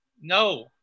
No